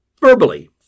Verbally